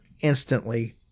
instantly